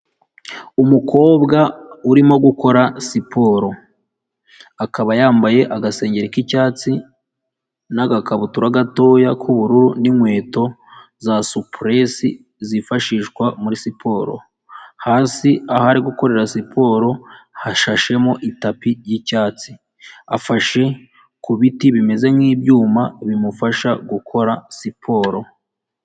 Umukobwa urimo gukora siporo. Akaba yambaye agasengeri k'icyatsi, n'agakabutura gatoya k'ubururu, n'inkweto za supuresi zifashishwa muri siporo. Hasi aho ari gukorera siporo, hashashemo itapi y'icyatsi. Afashe ku biti bimeze nk'ibyuma, bimufasha gukora siporo.